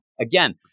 again